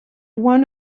one